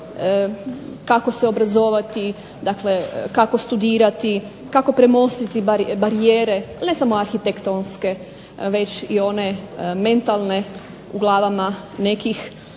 kako se obrazovati, dakle kako studirati, kako premostiti barijere ne samo arhitektonske već i one mentalne u glavama nekih,